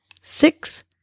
six